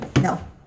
No